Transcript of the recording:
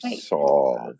solved